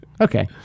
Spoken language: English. okay